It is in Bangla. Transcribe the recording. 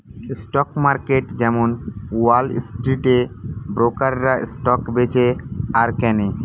স্টক মার্কেট যেমন ওয়াল স্ট্রিটে ব্রোকাররা স্টক বেচে আর কেনে